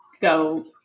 go